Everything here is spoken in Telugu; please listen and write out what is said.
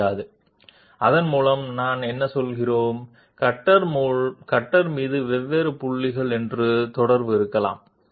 మనం మొదటి కట్టర్ కాంటాక్ట్ పాయింట్ ని తీసుకుంటే ఇది దాని కుడి వైపున ఉన్న టూల్ ని తాకుతోంది 2nd కట్టర్ ఎడమ వైపున ఉన్న టూల్ ని తాకుతోంది 3RD టూల్ ని దాని ముగింపు బిందువు వద్ద తాకుతోంది